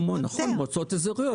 נכון, במועצות אזוריות.